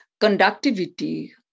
conductivity